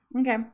Okay